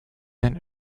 then